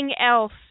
else